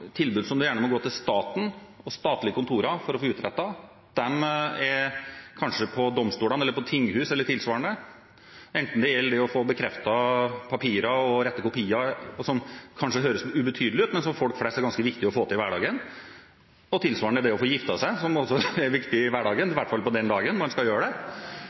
tilbud som en gjerne må gå til staten og statlige kontorer for å få utrettet, kanskje hos domstolene, på tinghuset eller tilsvarende. Å få bekreftet papirer og «rett kopi» høres kanskje ubetydelig ut, men for folk flest er det ganske viktig å få til i hverdagen. Tilsvarende er det å få giftet seg også viktig i hverdagen, i hvert fall er det ganske viktig den dagen man skal gjøre det.